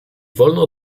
wolno